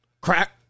Crack